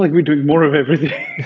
like we're doing more of everything